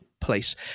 place